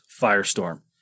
firestorm